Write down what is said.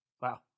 Wow